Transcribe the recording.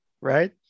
right